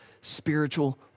spiritual